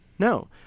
No